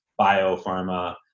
biopharma